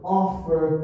offer